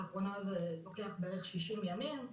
לאחרונה זה לוקח 60 ימים,